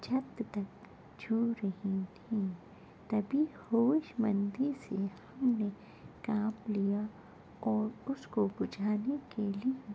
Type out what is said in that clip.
چھت تک چھو رہی تھیں تبھی ہوش مندی سے ہم نے کام لیا اور اس کو بجھانے کے لیے